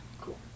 cool